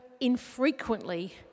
infrequently